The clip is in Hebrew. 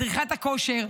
מדריכת הכושר.